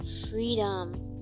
freedom